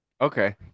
Okay